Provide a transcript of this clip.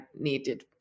needed